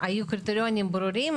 היו קריטריונים ברורים,